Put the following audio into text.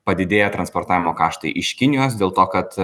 padidėję transportavimo kaštai iš kinijos dėl to kad